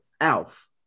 Alf